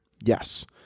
yes